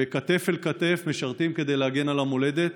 וכתף אל כתף משרתים כדי להגן על המולדת.